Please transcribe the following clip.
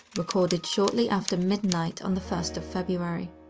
recorded shortly after midnight on the first of february.